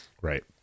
Right